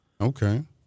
Okay